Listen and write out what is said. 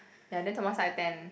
ya then tomorrow start at ten